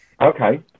Okay